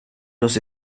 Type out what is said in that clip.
los